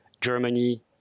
Germany